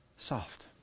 Soft